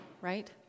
right